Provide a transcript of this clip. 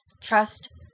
trust